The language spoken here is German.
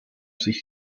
sich